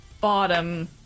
bottom